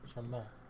and